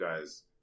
guys